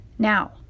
Now